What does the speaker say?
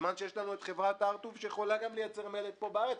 בזמן שיש לנו את חברת הר-טוב שיכולה לייצר מלט גם בארץ